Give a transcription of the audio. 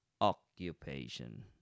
occupation